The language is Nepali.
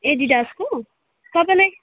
एडिडासको तपाईँलाई